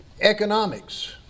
economics